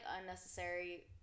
unnecessary